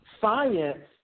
science